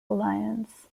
alliance